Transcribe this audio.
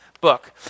book